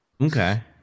Okay